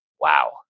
Wow